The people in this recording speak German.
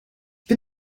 bin